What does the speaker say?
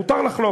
מותר לחלוק.